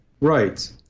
Right